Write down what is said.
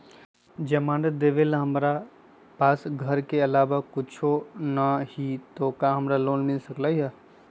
जमानत देवेला हमरा पास हमर घर के अलावा कुछो न ही का हमरा लोन मिल सकई ह?